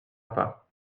pas